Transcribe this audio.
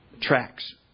tracks